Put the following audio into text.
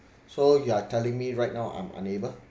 so you are telling me right now I'm unable